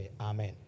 Amen